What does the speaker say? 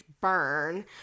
burn